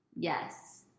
Yes